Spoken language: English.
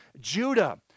Judah